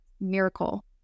miracle